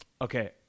Okay